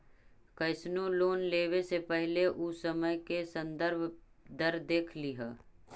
कइसनो लोन लेवे से पहिले उ समय के संदर्भ दर देख लिहऽ